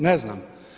Ne znam.